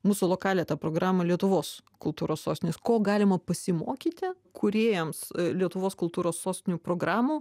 mūsų lokalią tą programą lietuvos kultūros sostinės ko galima pasimokyti kūrėjams lietuvos kultūros sostinių programų